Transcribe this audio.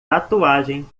tatuagem